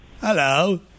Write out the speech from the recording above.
Hello